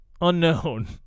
unknown